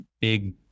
big